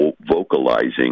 vocalizing